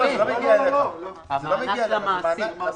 לא, לא, זה לא מגיע אליך, למעסיק.